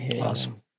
Awesome